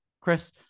Chris